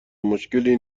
مشکلی